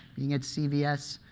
being at cbs,